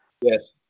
Yes